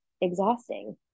exhausting